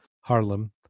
Harlem